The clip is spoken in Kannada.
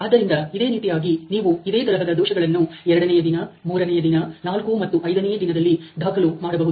ಆದ್ದರಿಂದ ಇದೇ ರೀತಿಯಾಗಿ ನೀವು ಇದೇ ತರಹದ ದೋಷಗಳನ್ನು ಎರಡನೆಯ ದಿನ ಮೂರನೆಯ ದಿನ 4 ಮತ್ತು 5ನೇ ದಿನದಲ್ಲಿ ದಾಖಲು ಮಾಡಬಹುದು